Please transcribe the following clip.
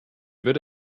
würde